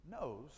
knows